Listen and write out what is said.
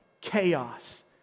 chaos